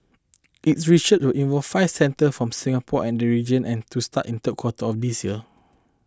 its research will involve five centres from Singapore and region and to start in third quarter of this year